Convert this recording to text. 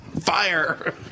Fire